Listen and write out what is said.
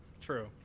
true